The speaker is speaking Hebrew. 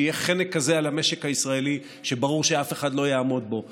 שיהיה חנק כזה על המשק הישראלי שברור שאף אחד לא יעמוד בו,